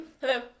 Hello